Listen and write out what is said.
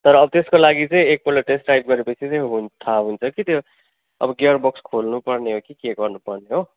तर अब त्यसको लागि चाहिँ एकपल्ट टेस्ट ड्राइभ गरेपछि चाहिँ हुन् थाहा हुन्छ कि त्यो अब गियर बक्स खोल्नुपर्ने हो कि के गर्नु पर्ने हो